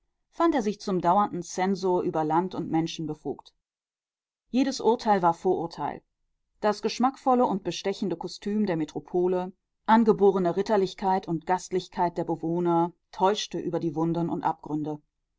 fand er sich zum dauernden zensor über land und menschen befugt jedes urteil war vorurteil das geschmackvolle und bestechende kostüm der metropole angeborene ritterlichkeit und gastlichkeit der bewohner täuschte über die wunden und abgründe